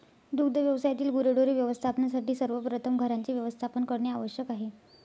दुग्ध व्यवसायातील गुरेढोरे व्यवस्थापनासाठी सर्वप्रथम घरांचे व्यवस्थापन करणे आवश्यक आहे